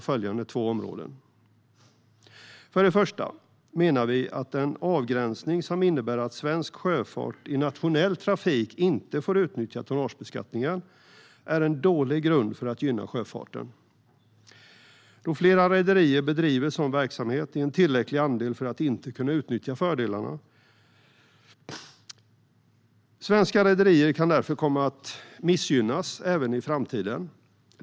För det första menar vi att den avgränsning som innebär att svensk sjöfart i nationell trafik inte får nyttja tonnagebeskattningen är en dålig grund för att gynna sjöfarten, då flera rederier bedriver sådan verksamhet i en tillräcklig andel för att inte kunna utnyttja fördelarna. Svenska rederier kan därför komma att missgynnas även i framtiden.